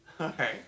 Okay